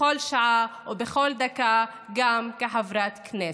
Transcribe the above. בכל שעה ובכל דקה גם כחברת כנסת.